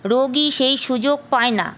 রোগী সেই সুযোগ পায় না